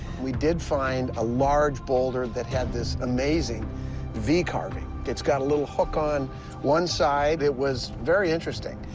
we did find a large boulder that had this amazing v carving. it's got a little hook on one side. it was very interesting.